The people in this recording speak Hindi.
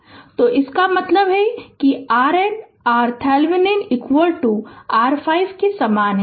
Refer Slide Time 0353 तो इसका मतलब है कि RN RThevenin r 5 के समान है